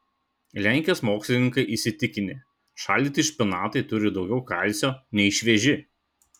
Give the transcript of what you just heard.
lenkijos mokslininkai įsitikinę šaldyti špinatai turi daugiau kalcio nei švieži